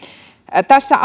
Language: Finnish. tässä